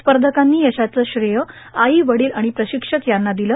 स्पधकांनी यशाचं श्रेय आई वडील आर्माण प्राशक्षक यांना दिलं